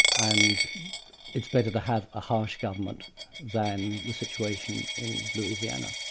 and it's better to have a harsh government than the situation in louisiana.